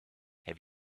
have